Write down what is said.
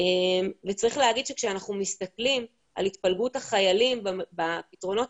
וצריך להגיד שכשאנחנו מסתכלים על התפלגות החיילים בפתרונות